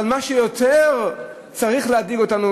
אבל מה שיותר צריך להדאיג אותנו,